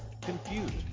confused